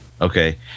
Okay